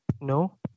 No